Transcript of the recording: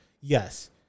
yes